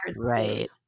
Right